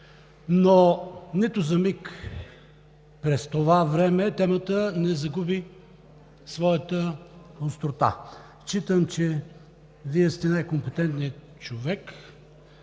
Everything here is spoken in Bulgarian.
но нито за миг през това време темата не загуби своята острота. Считам, че Вие сте най-компетентният човек